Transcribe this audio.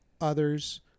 others